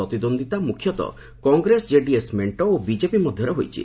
ପ୍ରତିଦ୍ୱନ୍ଦିତା ମ୍ରଖ୍ୟତଃ କଂଗ୍ରେସ ଜେଡିଏସ୍ ମେଣ୍ଟ ଓ ବିଜେପି ମଧ୍ୟରେ ହୋଇଛି